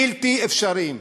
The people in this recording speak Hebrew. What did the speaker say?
בלתי אפשריים.